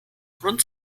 grund